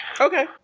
Okay